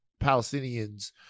Palestinians